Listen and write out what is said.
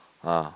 ah